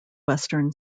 western